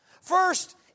First